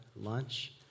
lunch